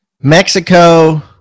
Mexico